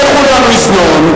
לכו למזנון,